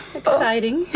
exciting